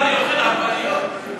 דומרני אוכל עגבניות?